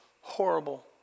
Horrible